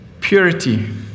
purity